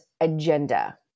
agenda